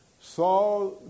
saw